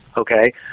okay